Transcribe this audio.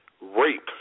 Rape